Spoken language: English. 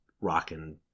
rocking